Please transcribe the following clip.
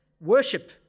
worship